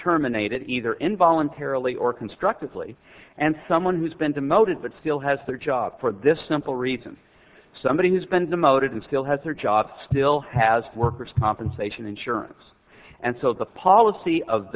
terminated either in voluntarily or constructively and someone who's been demoted but still has their job for this simple reason somebody has been demoted and still has their job still has workers compensation insurance and so the policy of